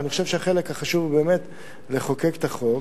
ואני חושב שהחלק החשוב באמת הוא באמת לחוקק את החוק,